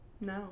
No